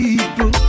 People